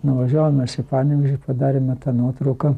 nuvažiavom mes į panevėžį padarėme tą nuotrauką